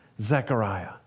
Zechariah